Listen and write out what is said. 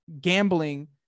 gambling